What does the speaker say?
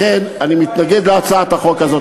לכן, אני מתנגד להצעת החוק הזאת.